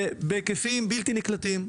בהיקפים בלתי-נקלטים.